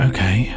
Okay